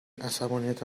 عصبانیت